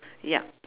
yup